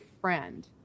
friend